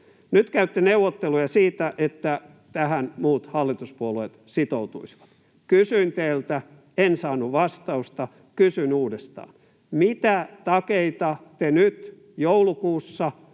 Nyt käytte neuvotteluja siitä, että tähän muut hallituspuolueet sitoutuisivat. Kysyin teiltä, en saanut vastausta, kysyn uudestaan: Mitä takeita te nyt joulukuussa,